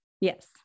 yes